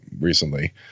recently